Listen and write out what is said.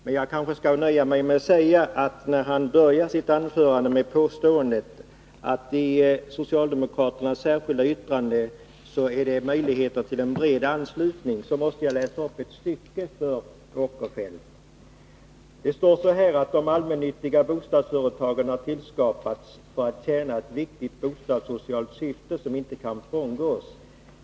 När Sven Eric Åkerfeldt börjar sitt anförande med påståendet att socialdemokraternas särskilda yttrande ger möjligheter till en bred anslutning skall jag nöja mig med att läsa upp ett stycke ur vårt yttrande: ”De allmännyttiga bostadsföretagen har tillskapats för att tjäna ett viktigt bostadssocialt syfte som inte kan frångås.